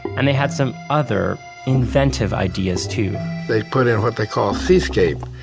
and they had some other inventive ideas too they put in what they call a seascape.